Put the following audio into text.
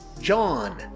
John